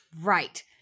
right